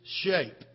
shape